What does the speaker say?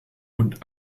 und